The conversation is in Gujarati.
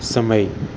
સમય